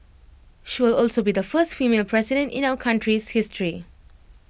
she will also be the first female president in our country's history